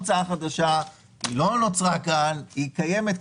חוק יסוד משק המדינה קובע שבשנה שבה אין תקציב,